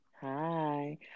hi